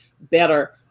better